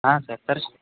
ಹಾಂ ಸರ್ ತರ್ಸಿ